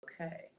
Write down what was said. okay